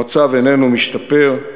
המצב איננו משתפר,